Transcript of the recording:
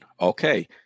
Okay